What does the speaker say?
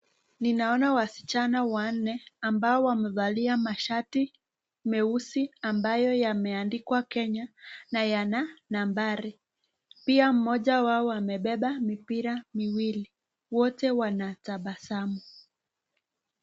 Ninona wanne ambao wamevalia mashati meujsi ambaye yameandikwa kenya na yana nambari pia moja yao amepepa mipira miwili wote wanatapasamu.